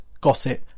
gossip